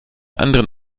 anderen